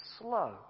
slow